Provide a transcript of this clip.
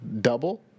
double